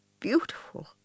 Beautiful